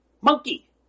monkey